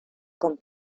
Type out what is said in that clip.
con